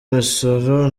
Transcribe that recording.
misoro